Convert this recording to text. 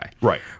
right